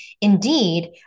indeed